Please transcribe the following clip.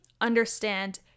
understand